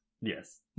Yes